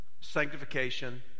sanctification